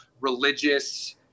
religious